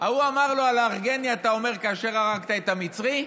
ההוא אמר לו: "הלהרגני אתה אמר כאשר הרגת את המצרי"?